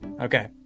okay